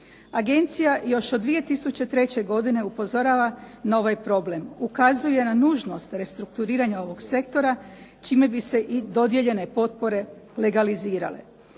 Agencija još od 2003. upozorava na ovaj problem, ukazuje na nužnost restrukturiranja ovog sektora, čime bi se i dodijeljene potpore legalizirale.